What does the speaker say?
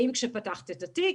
האם כשפתחת את התיק.